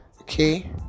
okay